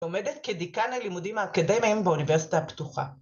‫עומדת כדיקן הלימודים האקדמיים ‫באוניברסיטה הפתוחה.